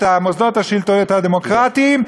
את מוסדות השלטון הדמוקרטיים,